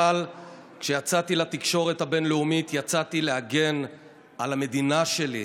אבל כשיצאתי לתקשורת הבין-לאומית יצאתי להגן על המדינה שלי,